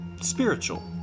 spiritual